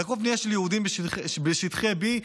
לאכוף בנייה של יהודים בשטחי B,